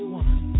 one